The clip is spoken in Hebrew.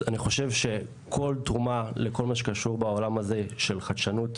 אני חושב שכל תרומה לכל מה שקשור בעולם הזה של חדשנות,